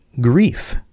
grief